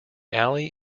ally